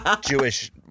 Jewish